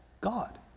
God